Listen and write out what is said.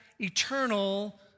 Eternal